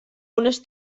unes